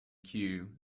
queue